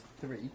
three